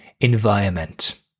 environment